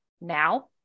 now